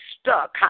stuck